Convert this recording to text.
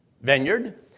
vineyard